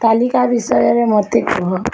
ତାଲିକା ବିଷୟରେ ମୋତେ କୁହ